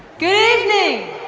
good evening.